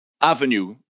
avenue